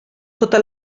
tota